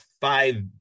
five